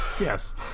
Yes